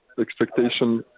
expectation